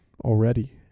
already